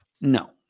No